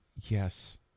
yes